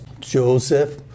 Joseph